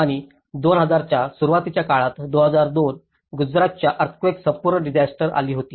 आणि 2000 च्या सुरुवातीच्या काळात 2002 गुजरातच्या अर्थक्वेकात संपूर्ण डिसास्टर आली होती